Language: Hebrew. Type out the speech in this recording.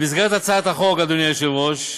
במסגרת הצעת החוק, אדוני היושב-ראש,